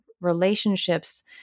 relationships